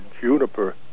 Juniper